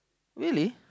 really